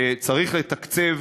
צריך לתקצב.